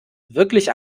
wirklich